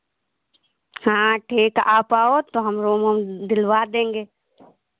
हाँ ठीक आप आओ तो हम रूम ऊम दिलवा देंगे